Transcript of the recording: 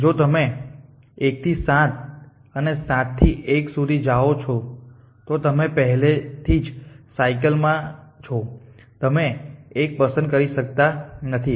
જો તમે 1 થી 7 અને 7 થી 1 સુધી જાઓ છો તો તમે પહેલેથી જ સાયકલ માં છો તો તમે 1 પસંદ કરી શકતા નથી